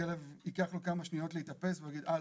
הכלב, ייקח לו כמה שניות להתאפס והוא יגיד: רגע,